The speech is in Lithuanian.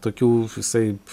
tokių visaip